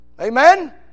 Amen